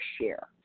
share